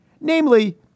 Namely